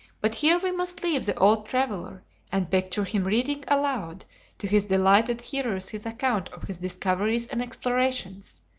but here we must leave the old traveller and picture him reading aloud to his delighted hearers his account of his discoveries and explorations,